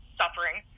suffering